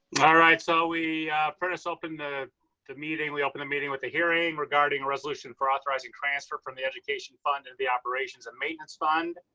all right, so we put us open the the meeting. we opened the meeting with a hearing regarding a resolution for authorizing transfer from the education um and the operations and maintenance fund.